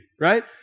right